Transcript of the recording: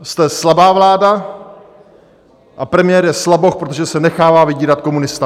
Jste slabá vláda a premiér je slaboch, protože se nechává vydírat komunisty!